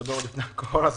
עוד לפני תקופת הקורונה.